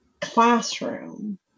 classroom